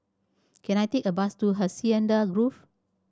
can I take a bus to Hacienda Grove